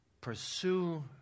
pursue